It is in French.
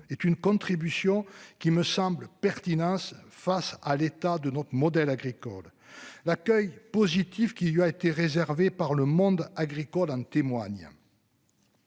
est une contribution qui me semble pertinence face à l'état de notre modèle agricole. L'accueil positif qui lui a été réservé par le monde agricole en témoigne.